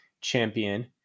champion